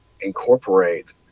incorporate